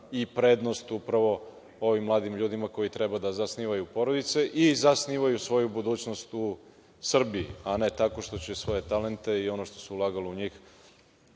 i prednost, upravo, ovim mladim ljudima koji treba da zasnivaju porodice i zasnivaju svoju budućnost u Srbiji, a ne tako što će svoje talente i ono što se ulagalo u njih,